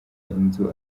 inzu